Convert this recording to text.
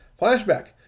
flashback